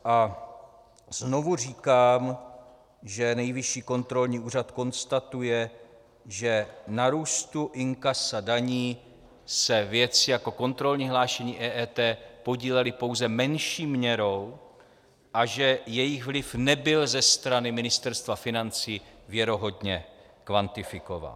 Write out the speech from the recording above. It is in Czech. A znovu říkám, že Nejvyšší kontrolní úřad konstatuje, že na růstu inkasa daní se věci jako kontrolní hlášení EET podílely pouze menší měrou a že jejich vliv nebyl ze strany Ministerstva financí věrohodně kvantifikován.